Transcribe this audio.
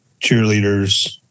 cheerleaders